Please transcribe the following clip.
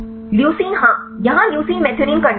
Leucine हाँ या leucine methionine करने के लिए